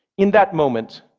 in that moment,